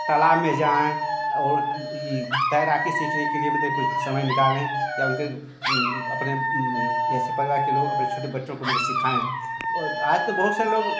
तालाब में जाएँ और यह तैराकी सीखने के लिए मतलब कुछ समय निकालें या उनके अपने जैसे परिवार के लोग अपने छोटे बच्चों को मतलब सिखाएँ और आज तो बहुत सारे लोग